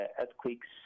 earthquakes